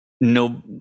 no